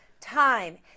time